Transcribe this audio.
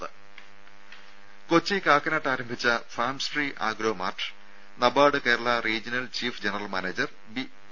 രുര കൊച്ചി കാക്കനാട്ട് ആരംഭിച്ച Farmshree agro mart NABARD Kerala regional chief general manager P